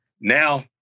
now